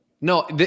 No